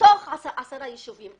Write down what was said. בתוך עשרה יישובים.